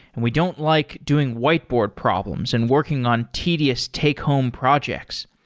and we don't like doing whiteboard problems and working on tedious take home projects.